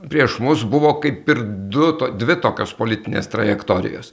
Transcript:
prieš mus buvo kaip ir du to dvi tokios politinės trajektorijos